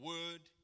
Word